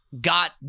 got